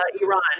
Iran